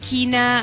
Kina